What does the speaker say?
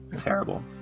terrible